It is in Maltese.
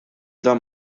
dan